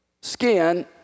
skin